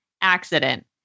accident